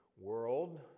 world